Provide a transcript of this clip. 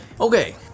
okay